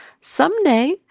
someday